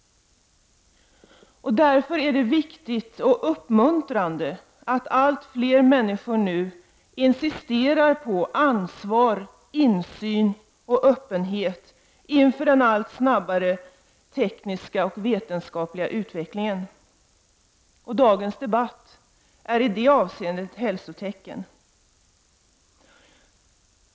Därför är det både viktigt och uppmuntrande att allt fler människor nu insisterar på ansvar, insyn och öppenhet inför den allt snabbare tekniska och vetenskapliga utvecklingen. Dagens debatt är i det avseendet ett hälsotecken!